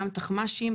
גם תחמ"שים,